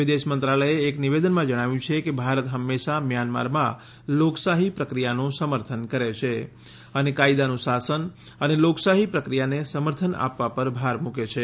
વિદેશ મંત્રાલયે એક નિવેદનમાં જણાવ્યું છે કે ભારત હંમેશાં મ્યાનમારમાં લોકશાહી પ્રક્રિયાનું સમર્થન કરે છે અને કાયદાનું શાસન અને લોકશાહી પ્રક્રિયાને સમર્થન આપવા પર ભાર મુકે છે